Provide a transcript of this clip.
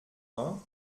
vingt